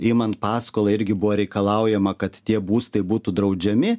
imant paskolą irgi buvo reikalaujama kad tie būstai būtų draudžiami